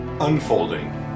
unfolding